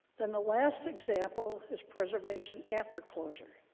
then the last example is preservation after closure.